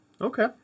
Okay